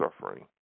suffering